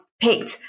picked